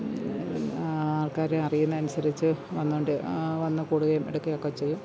ആൾക്കാര് അറിയുന്നതിനനുസരിച്ച് വന്നുകൊണ്ട് വന്നുകൂടുകയും എടുക്കെയൊക്കെ ചെയ്യും